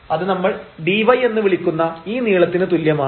അത് നമ്മൾ dy എന്ന് വിളിക്കുന്ന ഈ നീളത്തിന് തുല്യമാണ്